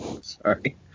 Sorry